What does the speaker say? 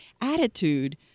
attitude